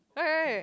right right right